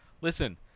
listen